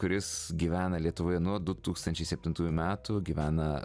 kuris gyvena lietuvoje nuo du tūkstančiai septintųjų metų gyvena